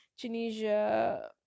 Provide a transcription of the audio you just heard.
Tunisia